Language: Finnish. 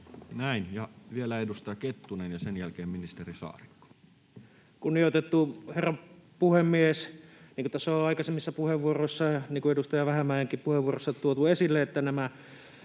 Näin. — Ja vielä edustaja Kettunen ja sen jälkeen ministeri Saarikko. Kunnioitettu herra puhemies! Niin kuin tässä on jo aikaisemmissa puheenvuoroissa, niin kuin edustaja Vähämäenkin puheenvuorossa, on tuotu esille, niin nämä